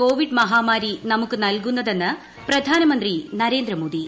Covid മഹാമാരി നമുക്ക് നൽകുന്നതെന്ന് പ്രധാനമന്ത്രി നരേന്ദ്രമോദി